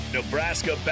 Nebraska